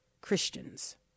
Christians